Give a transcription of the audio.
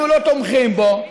אנחנו לא תומכים בו,